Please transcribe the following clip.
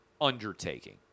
undertaking